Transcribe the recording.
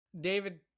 David